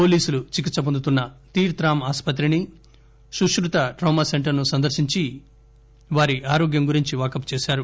పోలీసులు చికిత్ప వొందుతున్న తీర్ద్ రామ్ ఆస్పత్రిని సుష్పత ట్రామా సెంటర్ ను సందర్శించి వారి ఆరోగ్యం గురించి వాకబు చేశారు